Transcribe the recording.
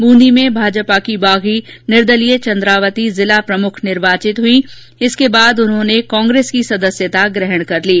बूंदी में भाजपा की बागी निर्दलीय चंडावती जिला प्रमुख निर्वाचित हुई जिसके बाद उन्होंने कांग्रेस की सदस्यता ग्रहण कर ली